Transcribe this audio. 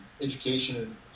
education